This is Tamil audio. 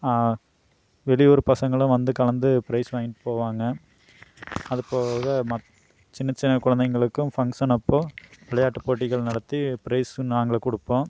வெளியூர் பசங்களும் வந்து கலந்து பிரைஸ் வாங்கிட்டு போவாங்க அதுபோக மத் சின்ன சின்ன குழந்தைங்களுக்கும் ஃபங்க்சன் அப்போது விளையாட்டு போட்டிகள் நடத்தி பிரைஸும் நாங்களே கொடுப்போம்